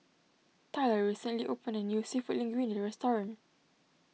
Tyler recently opened a new Seafood Linguine restaurant